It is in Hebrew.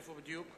איפה בדיוק?